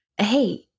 Hey